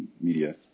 Media